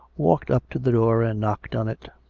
walked up to the door and knocked on it.